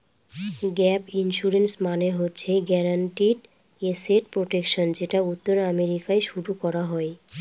gap insurance মানে হচ্ছে guaranteed asset protection যেটা উত্তর আমেরিকায় শুরু করা হয়